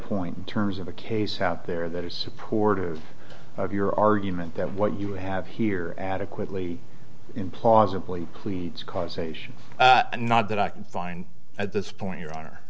point in terms of a case out there that are supportive of your argument that what you have here adequately implausibly causation not that i can find at this point your honor